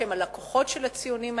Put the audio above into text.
שהם הלקוחות של הציונים האלה,